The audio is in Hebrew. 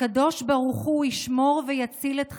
הקדוש ברוך הוא ישמור ויציל את חיילינו,